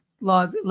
log